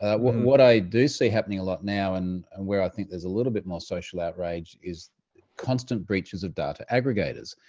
ah what i do see happening a lot now, and and where i think there's a little bit more social outrage, is constant breaches of data aggregators.